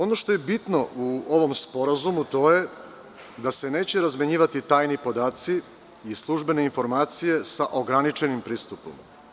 Ono što je bitno u ovom sporazumu, to je da se neće razmenjivati tajni podaci i službene informacije sa ograničenim pristupom.